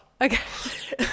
okay